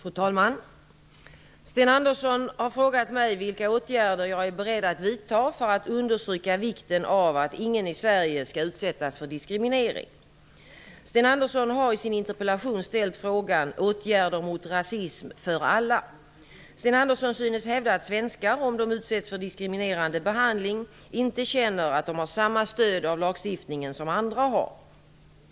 Fru talman! Sten Andersson i Malmö har frågat mig vilka åtgärder jag är beredd att vidta för att understryka vikten av att ingen i Sverige skall utsättas för diskriminering. Sten Andersson har i sin interpellation ställt frågan: Åtgärder mot rasism för alla? Sten Andersson synes hävda att svenskar, om de utsätts för diskriminerande behandling, inte känner att de har samma stöd av lagstiftningen som andra har.